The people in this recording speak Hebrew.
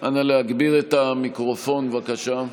נא להגביר את המיקרופון, בבקשה.